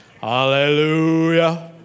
Hallelujah